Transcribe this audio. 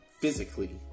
physically